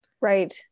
Right